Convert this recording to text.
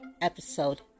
episode